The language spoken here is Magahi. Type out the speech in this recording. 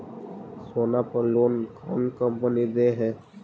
सोना पर लोन कौन कौन कंपनी दे है?